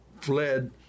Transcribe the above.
fled